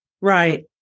Right